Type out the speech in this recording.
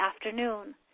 afternoon